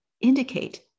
indicate